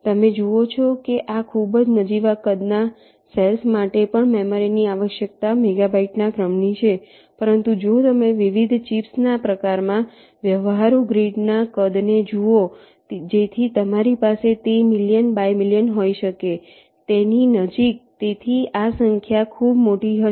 તમે જુઓ છો કે આ ખૂબ જ નજીવા કદના સેલ્સ માટે પણ મેમરીની આવશ્યકતા મેગાબાઈટના ક્રમની છે પરંતુ જો તમે વિવિધ ચિપ્સના પ્રકારમાં વ્યવહારુ ગ્રીડના કદને જુઓ જેથી તમારી પાસે તે મિલિયન બાય મિલિયન હોઈ શકે તેની નજીક તેથી આ સંખ્યા ખૂબ મોટી હશે